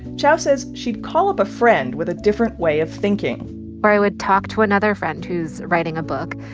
chow says she'd call up a friend with a different way of thinking or i would talk to another friend who's writing a book.